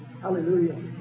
Hallelujah